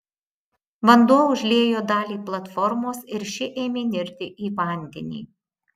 vanduo užliejo dalį platformos ir ši ėmė nirti į vandenį